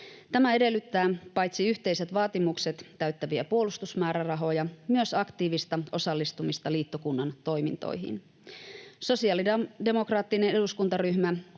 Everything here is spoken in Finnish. Tämä edellyttää paitsi yhteiset vaatimukset täyttäviä puolustusmäärärahoja myös aktiivista osallistumista liittokunnan toimintoihin. Sosiaalidemokraattinen eduskuntaryhmä